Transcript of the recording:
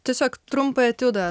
tiesiog trumpą etiudą